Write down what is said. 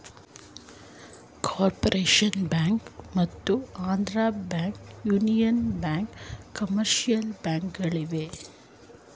corporation bank ಮತ್ತು Andhra bank, union bank commercial ಬ್ಯಾಂಕ್ಗಳಾಗಿವೆ